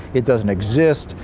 it doesn't exist!